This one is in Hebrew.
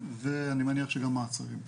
ואני מניח שגם מעצרים.